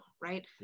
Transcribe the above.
right